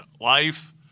life